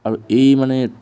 আৰু এই মানে